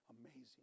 amazing